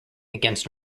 against